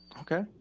Okay